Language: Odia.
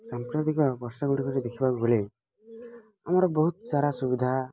ସାଂପ୍ରତିକ ବର୍ଷଗୁଡ଼ିକରେ ଦେଖିବାକୁ ଗଲେ ଆମର ବହୁତ ସାରା ସୁବିଧା